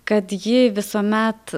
kad ji visuomet